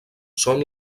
són